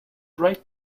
right